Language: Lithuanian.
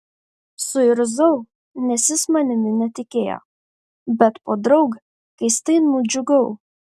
suirzau nes jis manimi netikėjo bet podraug keistai nudžiugau